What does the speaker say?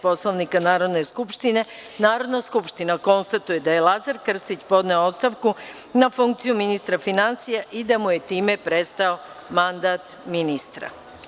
Poslovnika Narodne skupštine, Narodna skupština konstatuje da je Lazar Krstić podneo ostavku na funkciju ministra finansija i da mu je time prestao mandat ministra.